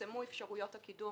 צומצמו אפשרויות הקידום